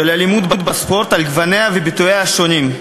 אלימות בספורט על גווניה וביטוייה השונים.